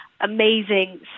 amazing